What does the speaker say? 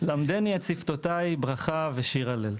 למדני את שפתותיי ברכה ושיר הלל.